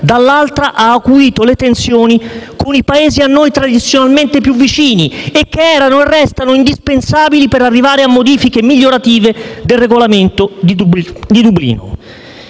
dall'altra ha acuito le tensioni con i Paesi a noi tradizionalmente più vicini e che erano e restano indispensabili per arrivare a modifiche migliorative del Regolamento di Dublino.